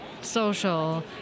social